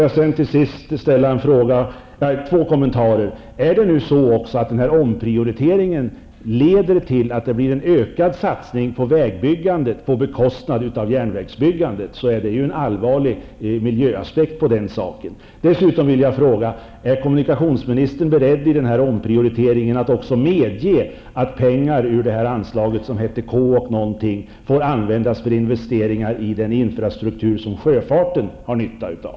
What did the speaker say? Avslutningsvis två kommentarer. Leder omprioriteringen till en ökad satsning på vägbyggandet på bekostnad av järnvägsbyggandet, är det en allvarlig miljöfråga. Jag vill dessutom fråga: Är kommunikationsministern beredd att i denna omprioritering medge att pengar i K anslaget i fråga får användas för investeringar i den infrastruktur som sjöfarten har nytta av?